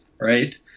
right